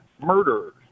murderers